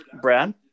Brad